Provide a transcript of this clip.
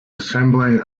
assembling